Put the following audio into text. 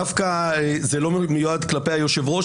דווקא זה לא מיועד כלפי היושב-ראש,